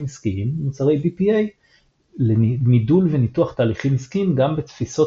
עסקיים ומוצרי BPA למידול וניתוח תהליכים עסקיים גם בתפיסות